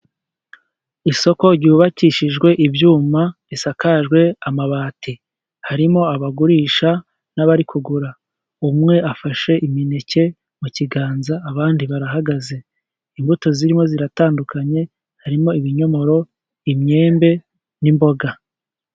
Isoko ryubakishijwe ibyuma risakajwe amabati. Harimo abagurisha n'abari kugura, umwe afashe imineke mu kiganza, abandi barahagaze. Imbuto zirimo ziratandukanye, harimo ibinyomoro, imyembe n'imboga.